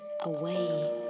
away